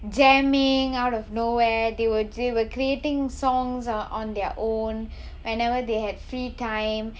jamming out of nowhere they will they were creating songs uh on their own whenever they had free time